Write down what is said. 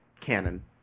canon